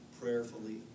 prayerfully